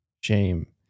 Shame